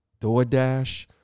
DoorDash